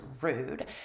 rude